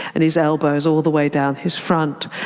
and his elbows all the way down his front.